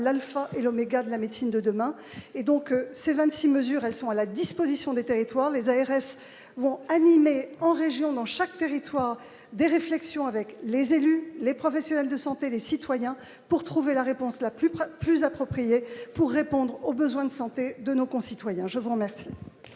l'Alpha et l'oméga de la médecine de demain et donc c'est 26 mesures, elles sont à la disposition des territoires, les ARS vont animer en région dans chaque territoire des réflexions avec les élus, les professionnels de santé, les citoyens pour trouver la réponse la plus proche, plus appropriée pour répondre aux besoins de santé de nos concitoyens, je vous remercie.